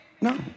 No